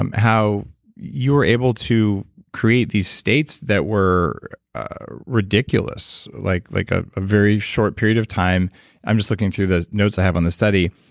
um how you were able to create these states that were ridiculous. like like ah a very short period of time i'm just looking through the notes i have on this study.